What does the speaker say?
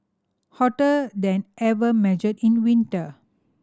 hotter than ever measured in winter